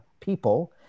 people